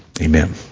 Amen